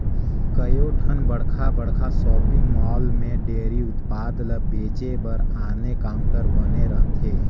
कयोठन बड़खा बड़खा सॉपिंग मॉल में डेयरी उत्पाद ल बेचे बर आने काउंटर बने रहथे